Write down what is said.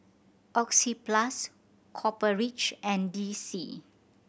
Oxyplus Copper Ridge and D C